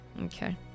Okay